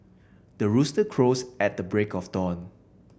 the rooster crows at the break of dawn